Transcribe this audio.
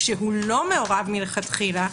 כשהוא לא מעורב מלכתחילה,